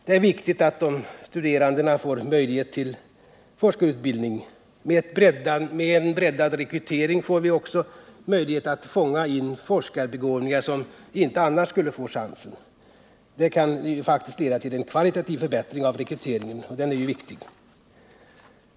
Det är viktigt att studerandena får möjlighet till forskarutbildning. Med en breddad rekrytering får vi möjlighet att få in forskarbegåvningar, som inte annars skulle få chansen. Det kan faktiskt leda till en kvalitativ förbättring av rekryteringen, och en sådan förbättring är viktig.